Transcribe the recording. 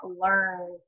learn